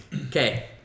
okay